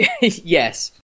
Yes